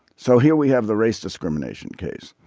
so here we have the race discrimination case.